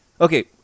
Okay